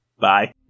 Bye